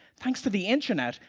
thanks to the internet,